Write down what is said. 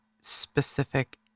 specific